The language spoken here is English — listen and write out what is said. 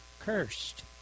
cursed